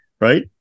right